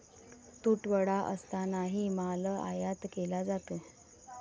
तुटवडा असतानाही माल आयात केला जातो